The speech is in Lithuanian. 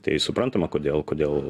tai suprantama kodėl kodėl